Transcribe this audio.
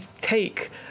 take